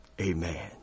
Amen